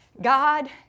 God